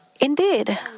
Indeed